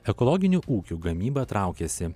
ekologinių ūkių gamyba traukiasi